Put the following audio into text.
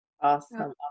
awesome